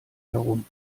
herum